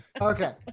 Okay